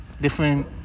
Different